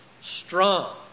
strong